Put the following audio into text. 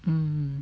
mm